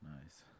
Nice